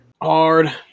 Hard